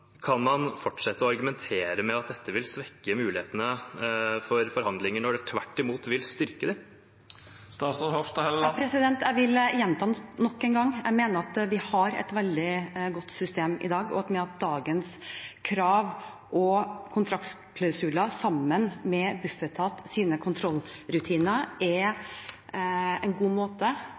kan man fortsette å argumentere med at dette vil svekke mulighetene for forhandlinger, når det tvert imot vil styrke dem? Jeg vil gjenta, nok en gang, at jeg mener vi har et veldig godt system i dag, og at dagens krav og kontraktklausuler, sammen med Bufetats kontrollrutiner, er en god måte